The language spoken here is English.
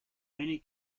many